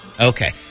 Okay